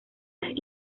las